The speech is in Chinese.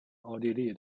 奥地利